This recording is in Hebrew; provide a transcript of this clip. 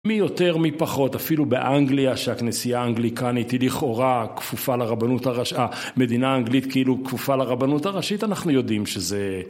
מי יותר ומי פחות אפילו באנגליה שהכנסייה האנגליקנית היא לכאורה כפופה לרבנות הראשית... אה המדינה האנגלית כאילו כפופה לרבנות הראשית אנחנו יודעים שזה